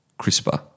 CRISPR